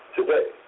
today